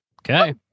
Okay